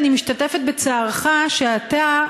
אני משתתפת בצערך שאתה,